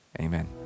Amen